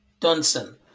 Dunson